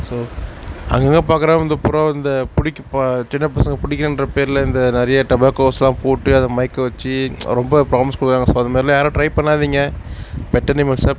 so அங்கங்கே பார்க்கறேன் அந்த புறா இந்த பிடிக்கு ப சின்ன பசங்கள் பிடிக்கறேன்ர பேரில் இந்த நிறைய டபாக்கோஸ்யெலாம் போட்டு அதை மயக்க வைச்சு ரொம்ப ப்ராம்ளஸ் பண்ணுறாங்க ஸோ அது மாதிரிலாம் யாரும் ட்ரை பண்ணாதிங்க பெட் அனிமல்ஸை